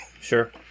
Sure